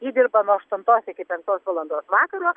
ji dirba nuo aštuntos iki penktos valandos vakaro